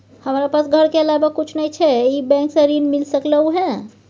हमरा पास घर के अलावा कुछ नय छै ई बैंक स ऋण मिल सकलउ हैं?